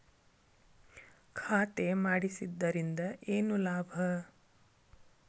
ಖಾತೆ ಮಾಡಿಸಿದ್ದರಿಂದ ಏನು ಲಾಭ?